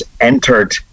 entered